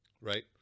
right